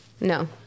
No